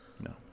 No